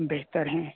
بہتر ہیں